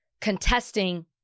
contesting